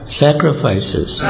sacrifices